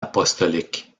apostolique